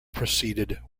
proceeded